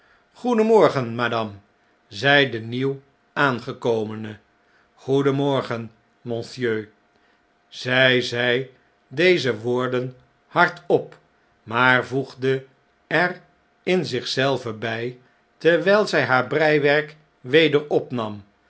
zei de nieuw aangekomene goedenmorgen monsieur zij zei deze woorden hardop maar voegde er in zich zelve bij terwrjl zrj haar breiwerk weder opnam